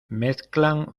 mezclan